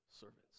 servants